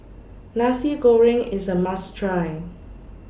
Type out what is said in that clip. Nasi Goreng IS A must Try